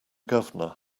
governor